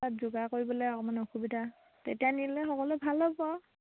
তাত যোগাৰ কৰিবলে অকমান অসুবিধা তেতিয়া নিলে সকলোৱে ভাল হ'ব আৰু